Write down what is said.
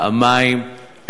פעמיים,